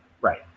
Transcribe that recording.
Right